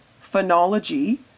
phonology